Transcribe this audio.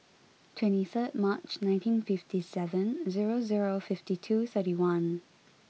two third March nineteen fifty seven zero zero fifty two thirty one